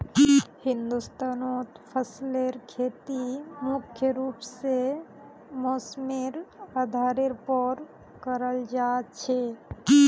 हिंदुस्तानत फसलेर खेती मुख्य रूप से मौसमेर आधारेर पर कराल जा छे